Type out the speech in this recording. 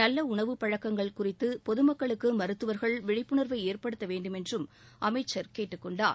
நல்ல உணவுப்பழக்கங்கள் குறித்து பொதுமக்களுக்கு மருத்துவர்கள் விழிப்புணர்வை ஏற்படுத்த வேண்டுமென்றும் அமைச்சர் கேட்டுக் கொண்டார்